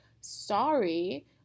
sorry